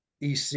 EC